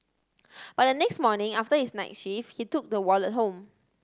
but the next morning after his night shift he took the wallet home